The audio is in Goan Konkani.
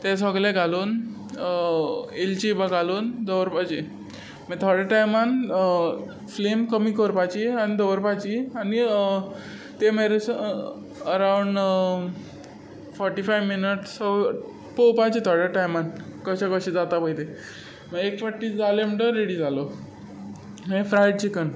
तें सगळें घालून वेलची बी घालून दवरपाची मागीर थोड्या टायमान फ्लेम कमी करपाची आनी दवरपाची आनी ते मागीर अरावंड फोटी फायव मिनट्स पळोवपाची थोड्या टायमान कशे कशे जाता पळय तें एक फावटी जालो म्हणटकच रेडी जालो आनी फ्रायड चिकन